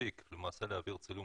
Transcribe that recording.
מספיק למעשה להעביר צילום